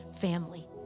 family